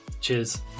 Cheers